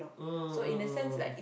mm mm mm mm mm